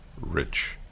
rich